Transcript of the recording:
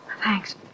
Thanks